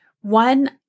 one